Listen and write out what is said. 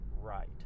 right